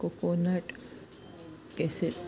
coconut केसे